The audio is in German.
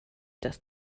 das